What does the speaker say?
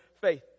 faith